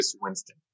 Winston